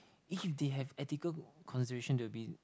if they have ethical consideration they will be